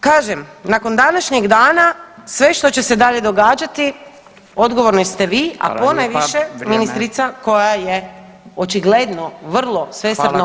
Kažem, nakon današnjeg dana sve što će se dalje događati odgovorni ste vi [[Upadica: Hvala lijepa.]] a ponajviše ministrica koja je očigledno vrlo svesvrdno